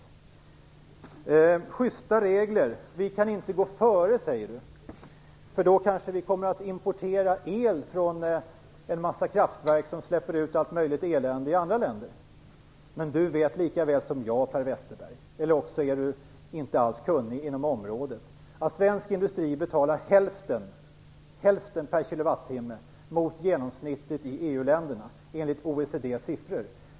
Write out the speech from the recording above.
När det gäller sjysta regler säger Per Westerberg att vi inte kan gå före, för då kanske vi måste importera el från kraftverk som släpper ut allt möjligt elände i andra länder. Per Westerberg vet lika väl som jag - eller också är han inte alls kunnig inom området - att svensk industri betalar hälften per kilowattimme jämfört med genomsnittet i EU-länderna enligt OECD:s siffror.